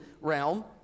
realm